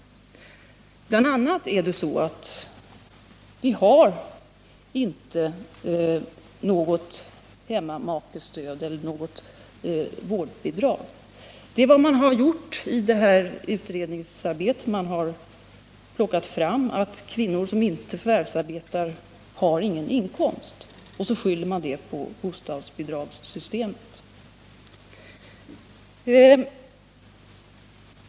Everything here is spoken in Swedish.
Bl. a. är det så att vi inte har något hemmamakestöd eller något vårdbidrag. I det här utredningsarbetet har man plockat fram att kvinnor som inte förvärvsarbetar inte har någon inkomst, och så skyller man det på bostadsbidragssystemet.